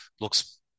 looks